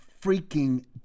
freaking